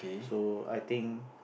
so I think